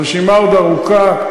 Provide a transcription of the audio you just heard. הרשימה עוד ארוכה.